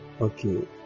Okay